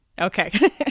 Okay